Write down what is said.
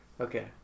Okay